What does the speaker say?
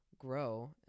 grow